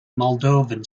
moldovan